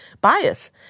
bias